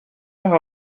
heure